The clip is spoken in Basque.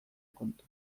kontu